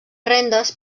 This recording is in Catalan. rendes